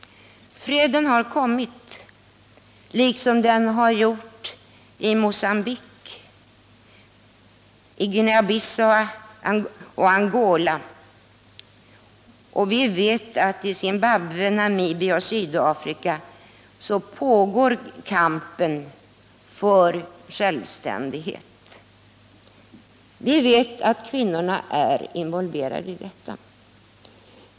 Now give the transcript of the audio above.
Freden har också kommit liksom den gjort i Mogambique, i Guinea Bissau och i Angola, och vi vet att i Zimbabwe, i Namibia och i Sydafrika pågår kampen för självständighet. Vi vet att kvinnorna är involverade i detta.